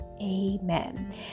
amen